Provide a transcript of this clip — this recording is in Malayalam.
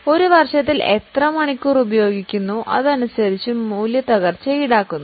അതിനാൽ ഒരു വർഷത്തിൽ നിങ്ങൾ എത്ര മണിക്കൂർ ഉപയോഗിക്കുന്നു അതനുസരിച്ച് ഡിപ്രീസിയേഷൻ ഈടാക്കുന്നു